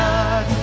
God